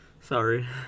Sorry